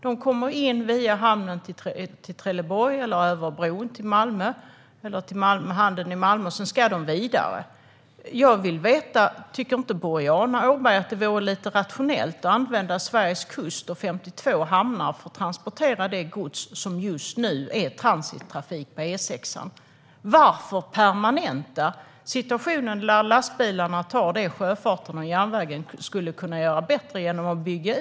De kommer in via hamnen till Trelleborg eller över bron eller via hamnen till Malmö och ska sedan åka vidare. Tycker inte Boriana Åberg att det vore mer rationellt att använda Sveriges kust och 52 hamnar för att transportera det gods som just nu är transittrafik på E6:an? Varför ska man genom att bygga ut motorvägen permanenta situationen där lastbilarna tar det som sjöfarten och järnvägen skulle kunna göra bättre?